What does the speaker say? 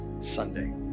Sunday